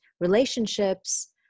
relationships